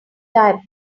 diapers